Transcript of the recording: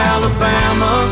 Alabama